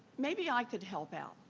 maybe i could help out